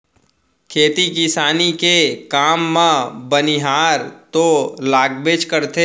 खेती किसानी के काम म बनिहार तो लागबेच करथे